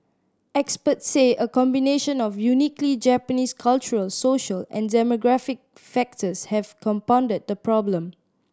experts say a combination of uniquely Japanese cultural social and demographic factors have compounded the problem